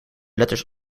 letters